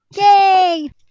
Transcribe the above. Yay